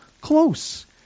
close